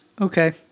Okay